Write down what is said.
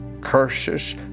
curses